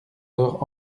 leur